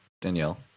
Danielle